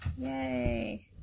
Yay